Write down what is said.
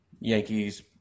Yankees